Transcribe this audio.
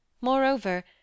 Moreover